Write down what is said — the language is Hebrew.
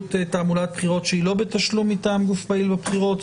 פעילות תעמולת בחירות שהיא לא בתשלום מגוף פעיל בבחירות?